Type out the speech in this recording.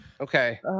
Okay